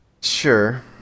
sure